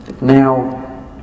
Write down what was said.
now